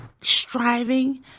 striving